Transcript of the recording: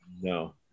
No